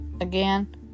again